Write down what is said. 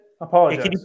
Apologize